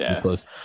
close